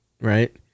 right